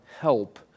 help